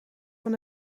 van